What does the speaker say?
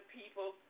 people